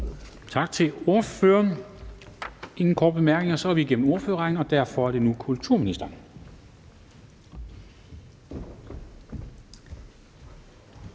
Tak til ordføreren. Der er ingen korte bemærkninger. Så er vi igennem ordførerrækken, og derfor er det nu kulturministeren.